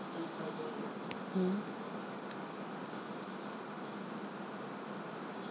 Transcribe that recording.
hmm